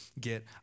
get